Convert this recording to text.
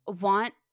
want